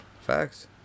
Facts